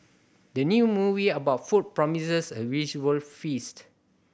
the new movie about food promises a visual feast